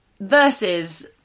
Versus